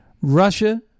Russia